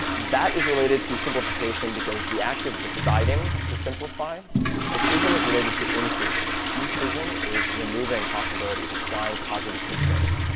that is related to simplification because the act of deciding to simplify decision is related to incision. decision is removing possibilities, applying positive constraints,